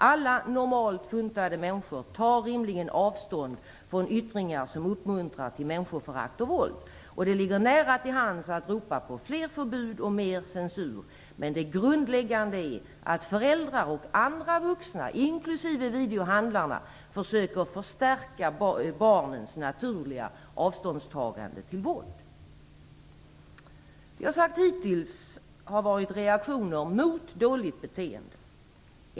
Alla normalt funtade människor tar rimligen avstånd från yttringar som uppmuntrar till människoförakt och våld. Det ligger nära till hands att ropa på fler förbud och mer censur. Men det grundläggande är att föräldrar och andra vuxna, inklusive videohandlarna, försöker förstärka barnens naturliga avståndstagande till våld. Det jag har sagt hittills har varit reaktioner mot dåligt beteende.